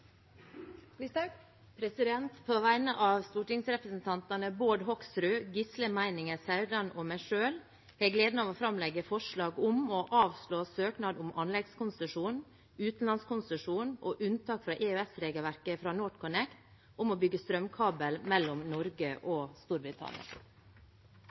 På vegne av stortingsrepresentantene Bård Hoksrud, Gisle Meininger Saudland og meg selv har jeg gleden av å framlegge forslag om å avslå søknad om anleggskonsesjon, utenlandskonsesjon og unntak fra EØS-regelverk fra NorthConnect om å bygge strømkabel mellom Norge